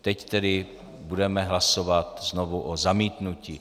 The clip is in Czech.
Teď tedy budeme hlasovat znovu o zamítnutí.